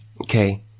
okay